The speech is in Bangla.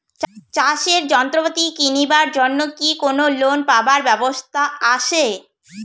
চাষের যন্ত্রপাতি কিনিবার জন্য কি কোনো লোন পাবার ব্যবস্থা আসে?